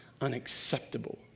unacceptable